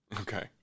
Okay